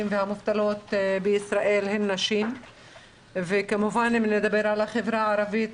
והמובטלות בישראל הן נשים וכמובן אם נדבר על החברה הערבית,